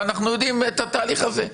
ואנחנו מכירים את התהליך הזה.